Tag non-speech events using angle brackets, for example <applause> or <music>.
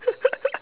<laughs>